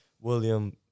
William